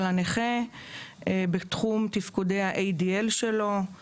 הנכה בתחום תפקודי ה-ADL שלו: רחיצה,